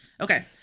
Okay